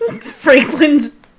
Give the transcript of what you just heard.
Franklin's